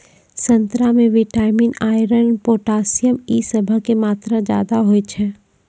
संतरा मे vitamin, iron, potassium इ सभ के मात्रा ज्यादा होय छै